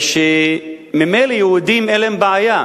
ממילא ליהודים אין בעיה